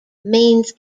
means